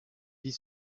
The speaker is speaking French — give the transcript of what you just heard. vit